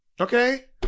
okay